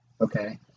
Okay